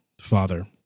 Father